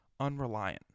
unreliant